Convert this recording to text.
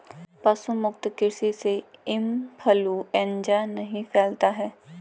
पशु मुक्त कृषि से इंफ्लूएंजा नहीं फैलता है